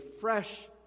fresh